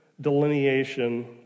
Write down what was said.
delineation